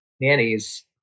nannies